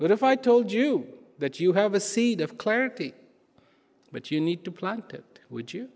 but if i told you that you have a seed of clarity but you need to plant it would you